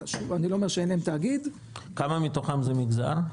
אני לא אומר שאין להם תאגיד -- כמה מתוכם מהמגזר?